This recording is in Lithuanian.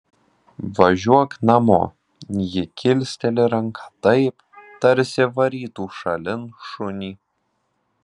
važiuok namo ji kilsteli ranką taip tarsi varytų šalin šunį